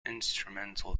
instrumental